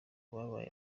babaye